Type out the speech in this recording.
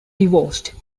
divorced